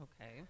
Okay